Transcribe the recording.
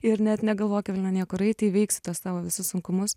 ir net negalvok evelina niekur eiti įveiksi tuos savo visus sunkumus